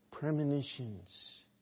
Premonitions